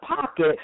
pocket